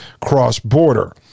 cross-border